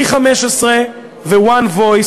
V15 ו-One Voice,